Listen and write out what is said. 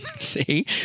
See